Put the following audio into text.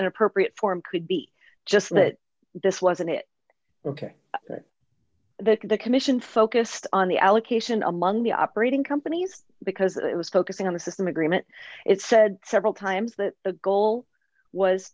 an appropriate forum could be just that this wasn't it ok that the commission focused on the allocation among the operating companies because it was focusing on the system agreement it said several times that the goal was